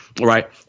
right